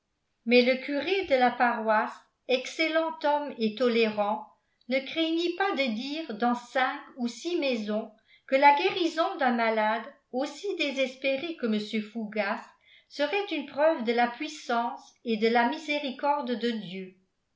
mais le curé de la paroisse excellent homme et tolérant ne craignit pas de dire dans cinq ou six maisons que la guérison d'un malade aussi désespéré que mr fougas serait une preuve de la puissance et de la miséricorde de dieu